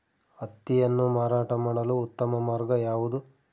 ಹತ್ತಿಯನ್ನು ಮಾರಾಟ ಮಾಡಲು ಉತ್ತಮ ಮಾರ್ಗ ಯಾವುದು?